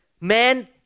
Man